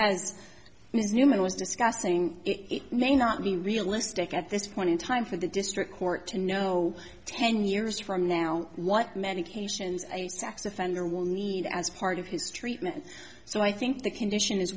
as newman was discussing it may not be realistic at this point in time for the district court to know ten years from now what medications a sex offender will need as part of his treatment so i think the condition i